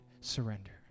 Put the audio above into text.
surrender